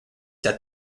that